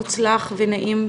מוצלח ונעים.